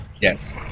Yes